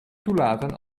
toelaten